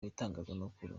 bitangazamakuru